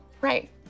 Right